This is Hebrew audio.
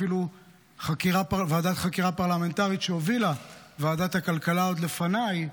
אפילו ועדת חקירה פרלמנטרית שהובילה ועדת הכלכלה עוד לפניי,